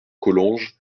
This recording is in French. collonges